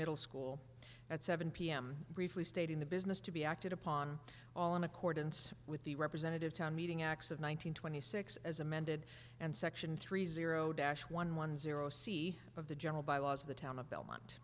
middle school at seven pm briefly stating the business to be acted upon all in accordance with the representative town meeting acts of one thousand twenty six as amended and section three zero dash one one zero c of the general bylaws of the town of belmont